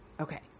Okay